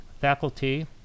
Faculty